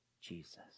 Jesus